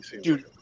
Dude